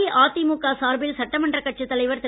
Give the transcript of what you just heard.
அஇஅதிமுக சார்பில் சட்டமன்ற கட்சித்தலைவர் திரு